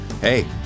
Hey